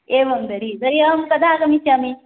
एवं तर्हि तर्हि अहं कदा आगमिष्यामि